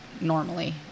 normally